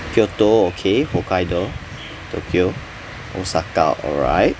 kyoto okay hokkaido tokyo osaka alright